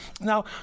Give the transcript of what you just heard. Now